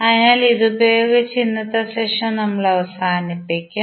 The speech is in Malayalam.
അതിനാൽ ഇതുപയോഗിച്ച് ഇന്നത്തെ സെഷൻ നമ്മൾ അവസാനിപ്പിക്കും